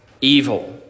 evil